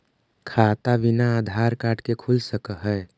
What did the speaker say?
खाता बिना आधार कार्ड के खुल सक है?